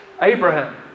Abraham